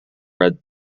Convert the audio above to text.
red